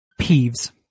Peeves